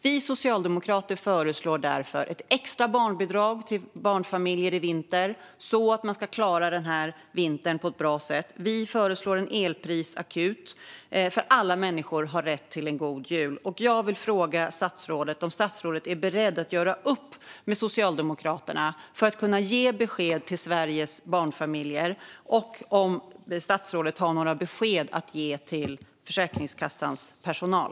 Vi socialdemokrater föreslår ett extra barnbidrag till barnfamiljer i vinter, så att man ska klara vintern på ett bra sätt. Vi föreslår också en elprisakut, för alla människor har rätt till en god jul. Är statsrådet beredd att göra upp med Socialdemokraterna för att kunna ge Sveriges barnfamiljer besked? Och har statsrådet några besked att ge till Försäkringskassans personal?